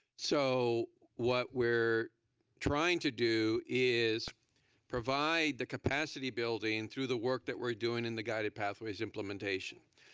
so what we're trying to do is provide the capacity building through the work that we're doing in the guided pathways implementation.